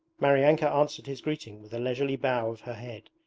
maryanka answered his greeting with a leisurely bow of her head,